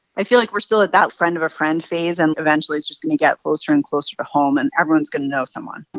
i feel like we're still at that friend of a friend phase, and eventually, it's just going to get closer and closer to home. and everyone's going to know someone